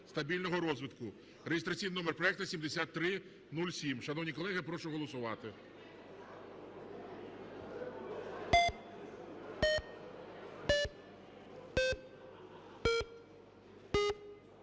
(реєстраційний номер проекту 7307).